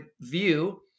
view